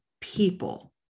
people